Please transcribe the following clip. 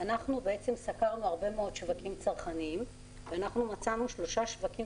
אנחנו סקרנו הרבה מאוד שווקים צרכניים ואנחנו מצאנו שלושה שווקים